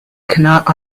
cannot